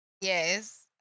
Yes